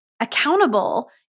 Accountable